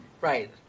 right